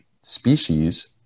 species